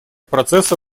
процесса